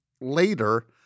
later